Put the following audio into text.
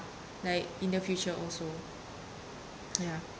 like in the future also ya